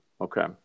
Okay